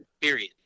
period